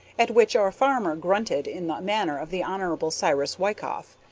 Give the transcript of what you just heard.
at which our farmer grunted in the manner of the hon. cyrus wykoff,